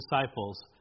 disciples